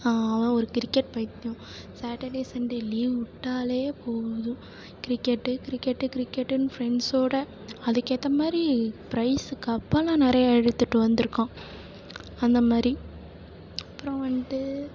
அவன் ஒரு கிரிக்கெட் பைத்தியம் சேட்டர்டே சண்டே லீவு விட்டால் போதும் கிரிக்கெட்டு கிரிக்கெட்டு கிரிக்கெட்டுன்னு ஃப்ரெண்ட்ஸோடு அதுக்கேற்ற மாதிரி ப்ரைஸு கப்பெல்லாம் நிறையா எடுத்துட்டு வந்துருக்கான் அந்த மாதிரி அப்புறம் வந்துட்டு